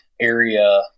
area